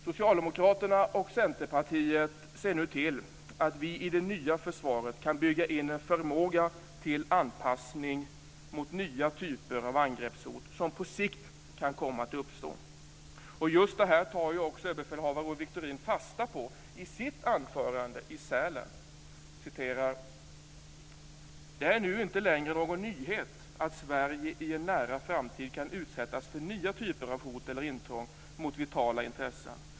Socialdemokraterna och Centerpartiet ser nu till att vi i det nya försvaret kan bygga in en förmåga till anpassning mot nya typer av angreppshot som på sikt kan komma att uppstå. Och just detta tog överbefälhavare Owe Wiktorin fasta på i sitt anförande i Sälen: "Det är nu inte längre någon nyhet att Sverige i en nära framtid kan utsättas för nya typer av hot eller intrång mot vitala intressen.